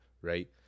right